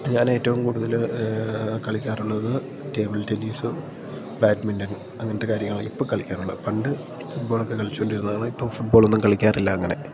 ഞാനേറ്റവും കൂടുതൽ കളിക്കാറുള്ളത് ടേബിൾ ടെന്നീസും ബാഡ്മിൻ്റൻ അങ്ങനത്തെ കാര്യങ്ങൾ ഇപ്പോൾ കളിക്കാറുള്ളത് പണ്ട് ഫുട്ബോളൊക്കെ കളിച്ചുകൊണ്ടിരുന്നതാണ് ഇപ്പോൾ ഫുട്ബോളൊന്നും കളിക്കാറില്ല അങ്ങനെ